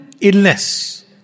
illness